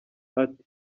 ati